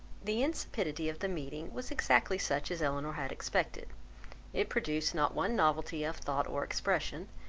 the insipidity of the meeting was exactly such as elinor had expected it produced not one novelty of thought or expression,